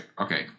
Okay